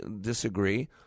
disagree